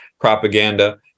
propaganda